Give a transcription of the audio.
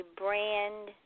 brand